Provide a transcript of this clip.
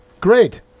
Great